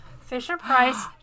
Fisher-Price